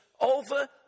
over